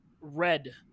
red